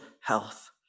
health